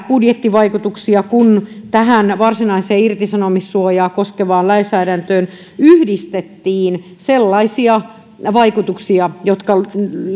budjettivaikutuksia kun tähän varsinaiseen irtisanomissuojaa koskevaan lainsäädäntöön yhdistettiin sellaisia vaikutuksia jotka